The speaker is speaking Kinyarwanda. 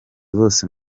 bose